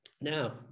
Now